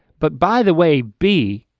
but by the way b,